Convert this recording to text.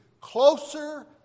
closer